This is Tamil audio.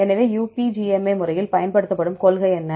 எனவே UPGMA முறையில் பயன்படுத்தப்படும் கொள்கை என்ன